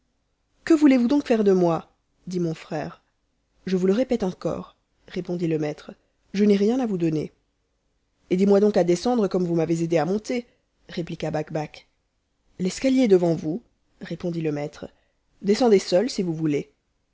que voulez-vous donc faire de moi dit mon frère je vous le répète encore répondit le maître je n'ai rien à vous donner aidez-moi donc à descendre comme vous m'avez aidé à monter répliqua bakbac l'escalier est devant vous répondit le maître descendez seul si vous voulez